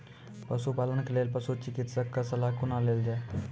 पशुपालन के लेल पशुचिकित्शक कऽ सलाह कुना लेल जाय?